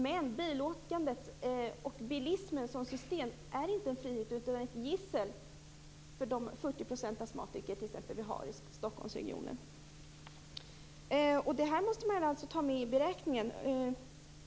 Men bilåkandet och bilismen som system är inte en frihet. Det är ett gissel för de 40 % astmatiker t.ex. som vi har i Stockholmsregionen. Det här måste man ta med i beräkningen.